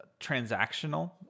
transactional